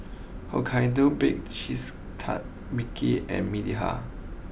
Hokkaido Baked Cheese Tart Vicks and Mediheal